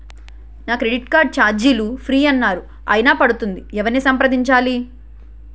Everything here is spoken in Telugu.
నా క్రెడిట్ కార్డ్ ఛార్జీలు ఫ్రీ అన్నారు అయినా పడుతుంది ఎవరిని సంప్రదించాలి?